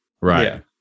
Right